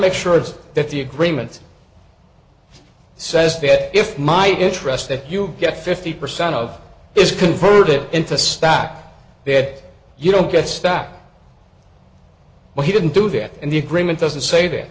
make sure that the agreement says that if my interest that you get fifty percent of is converted into stack bed you don't get stacked well he didn't do that and the agreement doesn't say th